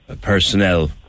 personnel